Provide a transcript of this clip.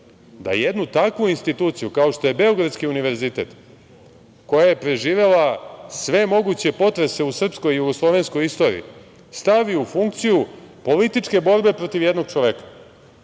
da jednu takvu instituciju kao što je Beogradski univerzitet, koja je preživela sve moguće potrese u srpskoj i jugoslovenskoj istoriji, stavi u funkciju političke borbe protiv jednog čoveka. Znači,